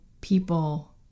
people